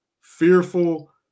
fearful